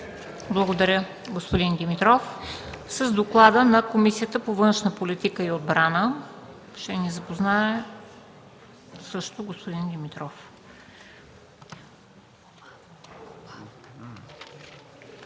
Благодаря, господин Димитров. С доклада на Комисията по външна политика и отбрана ще ни запознае господин Доброслав